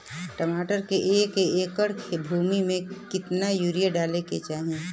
टमाटर के एक एकड़ भूमि मे कितना यूरिया डाले के चाही?